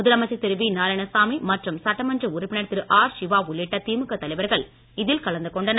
முதலமைச்சர் திரு வி நாராயணசாமி மற்றும் சட்டமன்ற உறுப்பினர் திரு ஆர் சிவா உள்ளிட்ட திமுக தலைவர்கள் இதில் கலந்து கொண்டனர்